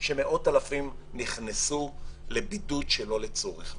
שמאות אלפים נכנסו לבידוד שלא לצורך.